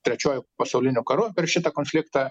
trečiuoju pasauliniu karu per šitą konfliktą